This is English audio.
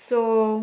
so